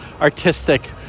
artistic